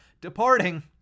departing